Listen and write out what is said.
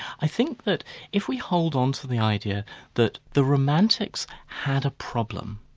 i think that if we hold on to the idea that the romantics had a problem.